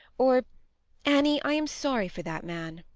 or annie, i am sorry for that man.